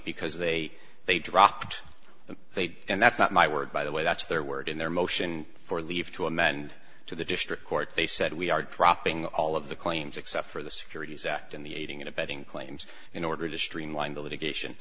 because they they dropped the they did and that's not my word by the way that's their word in their motion for leave to amend to the district court they said we are dropping all of the claims except for the securities act and the aiding and abetting claims in order to streamline the litigation